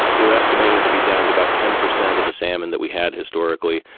we're estimated to be down to about ten percent of the salmon that we had historically.